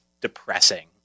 depressing